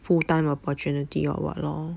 full time opportunity or what lor